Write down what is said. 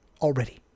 already